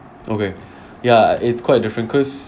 okay ya it's quite different cause